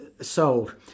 sold